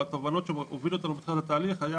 או התובנות שהובילו אותנו בתחילת התהליך היו